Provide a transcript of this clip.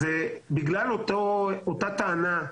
בגלל אותה טענה,